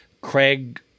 Craig